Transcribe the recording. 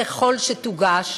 ככל שתוגש,